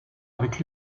avec